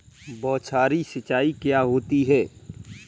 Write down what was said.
बौछारी सिंचाई क्या होती है?